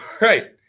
right